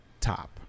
top